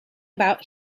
about